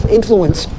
influence